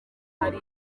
hari